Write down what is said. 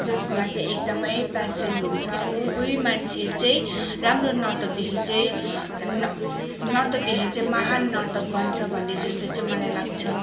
जसकोमा चाहिँ एकदमै प्यासन हुन्छ उ उ नै मान्छे चाहिँ राम्रो नर्तकदेखि चाहिँ न नर्तकदेखि चाहिँ महान् नर्तक बन्छ भन्ने जस्तो चाहिँ मलाई लाग्छ